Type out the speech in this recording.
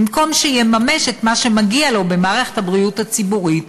במקום שיממש את מה שמגיע לו במערכת הבריאות הציבורית,